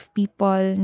people